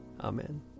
Amen